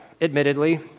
admittedly